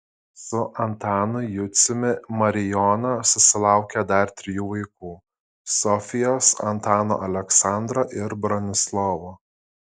su antanu juciumi marijona susilaukė dar trijų vaikų sofijos antano aleksandro ir bronislovo